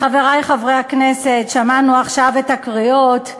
חברי חברי הכנסת, שמענו עכשיו את הקריאות.